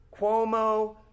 Cuomo